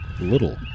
Little